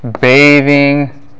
bathing